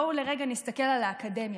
בואו לרגע נסתכל על האקדמיה,